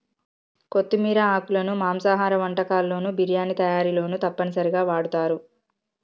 కొత్తిమీర ఆకులను మాంసాహార వంటకాల్లోను బిర్యానీ తయారీలోనూ తప్పనిసరిగా వాడుతారు